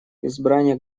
избрание